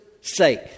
sake